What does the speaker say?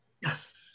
Yes